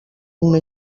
una